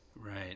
Right